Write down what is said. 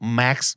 max